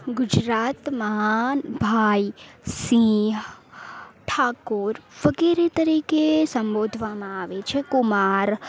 ગુજરાતમાં ભાઈ સિંહ ઠાકોર વગેરે તરીકે સંબોધવામાં આવે છે કુમાર